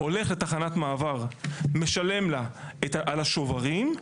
הולך לתחנת מעבר, משלם לה על השוברים.